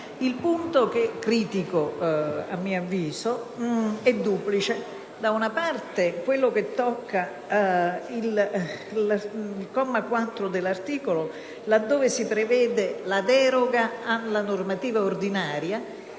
Il punto che critico è duplice. Da una parte, quello che tocca il comma 4 dell'articolo, là dove si prevede una deroga alla normativa ordinaria